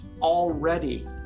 already